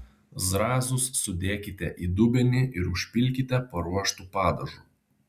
zrazus sudėkite į dubenį ir užpilkite paruoštu padažu